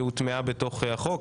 שהוטמעה בתוך החוק.